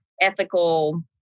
ethical